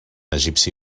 egipci